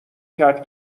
کرد